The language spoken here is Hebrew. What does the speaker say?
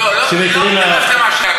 לא נתייחס למה שהיה קודם.